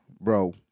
Bro